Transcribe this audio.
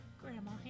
Grandma